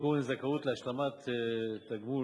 הצעת חוק